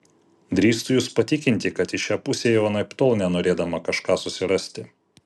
drįstu jus patikinti kad į šią pusę ėjau anaiptol ne norėdama kažką susirasti